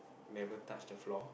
never touch the floor